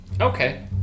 Okay